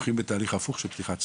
הולכים בתהליך הפוך של פתיחת סניפים,